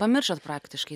pamiršot praktiškai